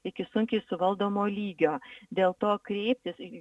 iki sunkiai suvaldomo lygio dėl to kreiptis į